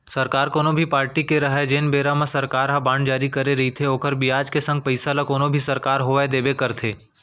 सरकार कोनो भी पारटी के रहय जेन बेरा म सरकार ह बांड जारी करे रइथे ओखर बियाज के संग पइसा ल कोनो भी सरकार होवय देबे करथे